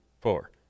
four